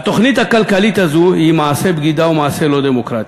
התוכנית הכלכלית הזאת היא מעשה בגידה ומעשה לא דמוקרטי.